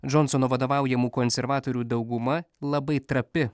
džonsono vadovaujamų konservatorių dauguma labai trapi